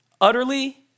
utterly